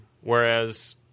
whereas